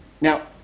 Now